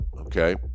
okay